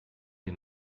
die